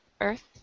Earth